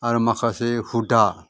आरो माखासे हुदा